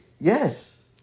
Yes